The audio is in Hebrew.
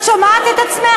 את שומעת את עצמך?